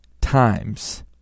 times